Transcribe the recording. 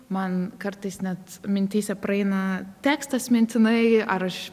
man kartais net mintyse praeina tekstas mintinai ar aš